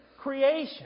Creation